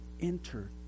enter